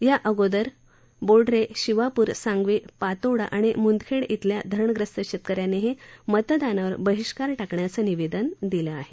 या अगोदर बोढरे शिवापुर सांगवी पातोंडा आणि मुंदखेड ा अल्या धरण प्रकल्पग्रस्त शेतकऱ्यांनीही मतदानावर बहिष्कार टाकण्याचे निवेदन दिलं आहे